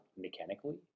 mechanically